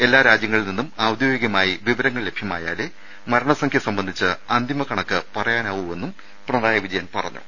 എല്ലാ രാജ്യങ്ങളിൽ നിന്നും ഔദ്യോഗികമായി വിവരങ്ങൾ ലഭ്യമായാലേ മരണസംഖ്യ സംബന്ധിച്ച അന്തിമ കണക്ക് പറയാനാവൂവെന്നും പിണറായി വിജയൻ പറഞ്ഞു